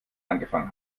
angefangen